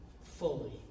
fully